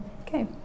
okay